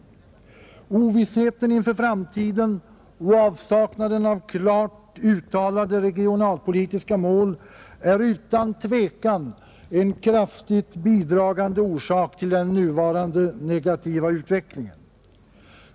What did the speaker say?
Ovissheten inför framtiden och avsaknaden av klart uttalade regionalpolitiska mål är utan tvivel en kraftigt bidragande orsak till den nuvarande negativa utvecklingen.